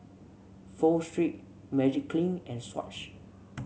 Pho Street Magiclean and Swatch